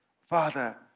Father